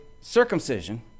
circumcision